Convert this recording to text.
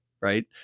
Right